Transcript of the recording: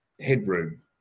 headroom